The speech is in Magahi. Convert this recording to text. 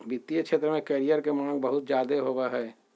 वित्तीय क्षेत्र में करियर के माँग बहुत ज्यादे होबय हय